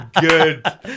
good